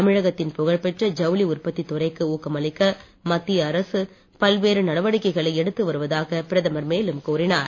தமிழகத்தின் புகழ்பெற்ற ஜவுளி உற்பத்தி துறைக்கு ஊக்கமளிக்க மத்திய அரசு பல்வேறு நடவடிக்கைகளை எடுத்து வருவதாக பிரதமர் மேலும் கூறினார்